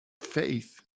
faith